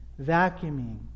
vacuuming